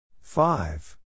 Five